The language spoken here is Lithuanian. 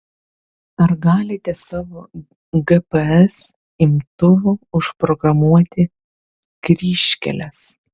ar galite savo gps imtuvu užprogramuoti kryžkeles